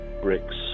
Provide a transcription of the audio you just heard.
bricks